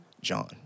John